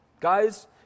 Guys